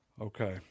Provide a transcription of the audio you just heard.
Okay